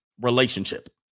relationship